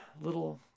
little